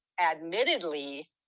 admittedly